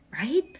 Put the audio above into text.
right